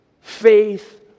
faith